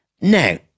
Now